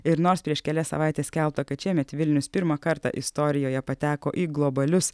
ir nors prieš kelias savaites skelbta kad šiemet vilnius pirmą kartą istorijoje pateko į globalius